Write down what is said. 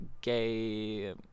gay